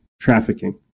trafficking